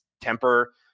temper